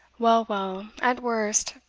well, well, at worst,